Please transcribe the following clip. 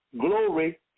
Glory